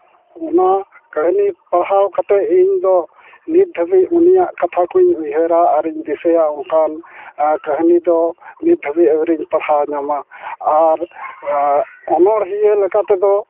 ᱚᱱᱟ ᱠᱟᱹᱦᱱᱤ ᱯᱟᱲᱦᱟᱣ ᱠᱟᱛᱮᱫ ᱤᱧ ᱫᱚ ᱱᱤᱛ ᱫᱷᱟᱹᱵᱤᱡ ᱩᱱᱤᱭᱟᱜ ᱠᱟᱛᱷᱟ ᱠᱚᱧ ᱩᱭᱦᱟᱹᱨᱟ ᱟᱨ ᱤᱧ ᱫᱤᱥᱟᱹᱭᱟ ᱚᱱᱠᱟ ᱠᱟᱹᱦᱱᱤ ᱫᱚ ᱱᱤᱛ ᱫᱷᱟᱹᱵᱤᱡ ᱟᱹᱣᱨᱤᱧ ᱯᱟᱲᱦᱟᱣ ᱧᱟᱢᱟ ᱟᱨ ᱚᱱᱚᱲᱦᱤᱭᱟᱹ ᱞᱮᱠᱟᱛᱮ ᱫᱚ